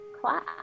class